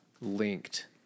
linked